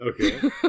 Okay